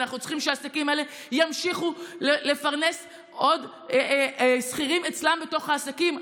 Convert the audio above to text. אנחנו צריכים שהעסקים האלה ימשיכו לפרנס עוד שכירים אצלם בעסקים.